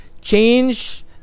change